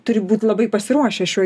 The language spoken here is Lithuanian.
turi būt labai pasiruošę šiuo